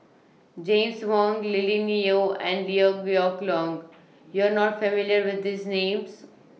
James Wong Lily Neo and Liew Geok Leong YOU Are not familiar with These Names